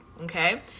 okay